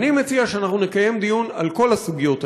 אני מציע שאנחנו נקיים דיון על כל הסוגיות האלה,